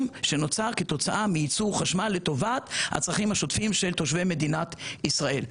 שנוצר כתוצאה מיצור חשמל לטובת הצרכים השוטפים של תושבי מדינת ישראל.